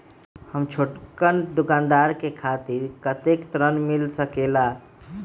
हम छोटकन दुकानदार के खातीर कतेक ऋण मिल सकेला?